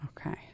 okay